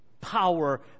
power